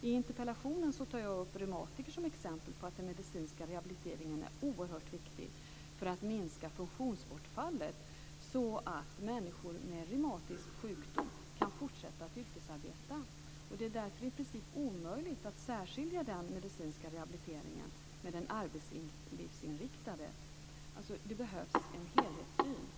I interpellationen tar jag upp reumatiker som exempel på att den medicinska rehabiliteringen är oerhört viktig. Det handlar om att minska funktionsbortfallet, så att människor med reumatiska sjukdomar kan fortsätta att yrkesarbeta. Det är därför i princip omöjligt att särskilja den medicinska rehabiliteringen från den arbetslivsinriktade. Det behövs alltså en helhetssyn.